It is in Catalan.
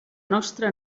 nostra